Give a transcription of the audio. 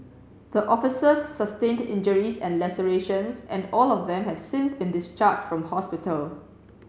the officers sustained injuries and lacerations and all of them have since been discharged from hospital